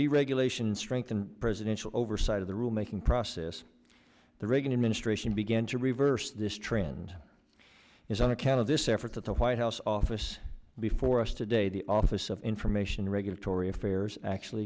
deregulation strengthened presidential oversight of the rule making process the reagan administration begin to reverse this trend is on account of this effort at the white house office before us today the office of information regulatory affairs actually